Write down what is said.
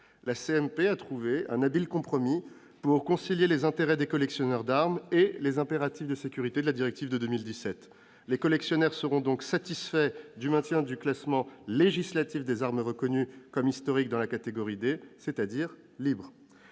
La CMP a trouvé un habile compromis pour concilier les intérêts des collectionneurs d'armes et les impératifs de sécurité ayant inspiré la directive de 2017. Les collectionneurs seront satisfaits du maintien du classement législatif des armes reconnues comme historiques dans la catégorie D, celle des